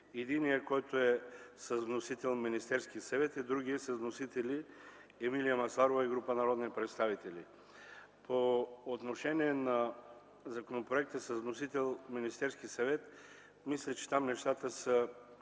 Единият – с вносител Министерски съвет, и другият – с вносители Емилия Масларова и група народни представители. По отношение на законопроекта с вносител Министерския съвет мисля, че нещата са